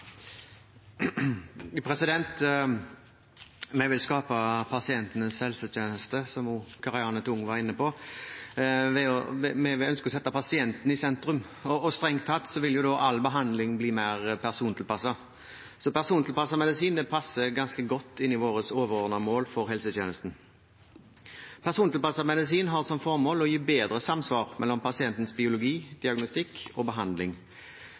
vil skape pasientenes helsetjeneste, som også Karianne O. Tung var inne på. Vi ønsker å sette pasienten i sentrum, og strengt tatt vil jo da all behandling bli mer persontilpasset. Så persontilpasset medisin passer ganske godt inn i vårt overordnede mål for helsetjenesten. Persontilpasset medisin har som formål å gi bedre samsvar mellom pasientens biologi, diagnostikk og behandling.